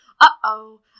uh-oh